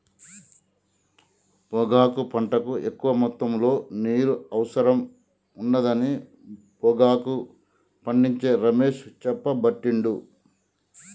పొగాకు పంటకు ఎక్కువ మొత్తములో నీరు అవసరం ఉండదని పొగాకు పండించే రమేష్ చెప్పబట్టిండు